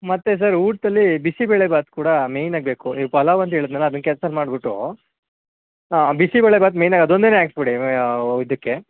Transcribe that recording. ಮತ್ತೆ ಸರ್ ಊಟದಲ್ಲಿ ಬಿಸಿಬೇಳೆ ಭಾತ್ ಕೂಡ ಮೇಯ್ನ್ ಆಗಿ ಬೇಕು ಈ ಪಲಾವ್ ಒಂದು ಹೇಳದ್ನಲ್ಲಾ ಅದನ್ನ ಕ್ಯಾನ್ಸಲ್ ಮಾಡಿಬಿಟ್ಟು ಬಿಸಿಬೇಳೆ ಭಾತ್ ಮೇಯ್ನ್ ಆಗಿ ಅದೊಂದೇನೇ ಹಾಕ್ಸ್ ಬಿಡಿ ಇದಕ್ಕೆ